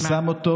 שם אותו